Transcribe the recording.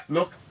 Look